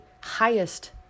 highest